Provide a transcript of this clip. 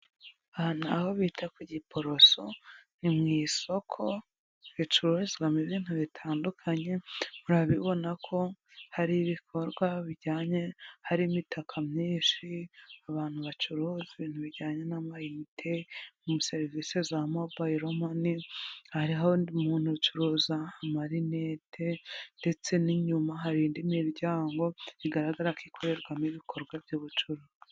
Ahanu ahobita kugiporoso nimwisoko bacururizamo ibintu bitandukanye murabibonako haribikorwa bijyanye Hari imitaka myinshi abantu bacuruza ibintu bijyanye na mayinite na service za mobile money hariho umuntu Ucuruza amarineti indetse ninyuma harinindi miryango bigaragarako ikorerwa ibikorwa byubucuruzi